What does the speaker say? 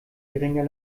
geringer